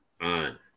on